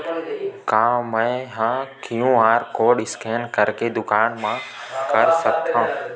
का मैं ह क्यू.आर कोड स्कैन करके दुकान मा कर सकथव?